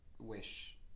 wish